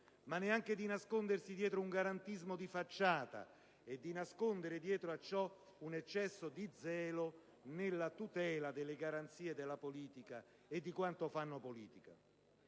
ma neanche di nascondersi dietro un garantismo di facciata e di nascondere dietro a ciò un eccesso di zelo nella tutela delle garanzie della politica e di quanti fanno politica.